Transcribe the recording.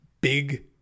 big